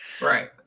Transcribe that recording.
Right